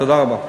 תודה רבה.